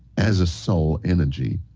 as a soul energy,